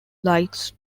lies